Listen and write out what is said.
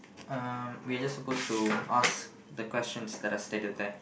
um we are just supposed to ask the question that are stated there